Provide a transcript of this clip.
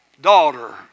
daughter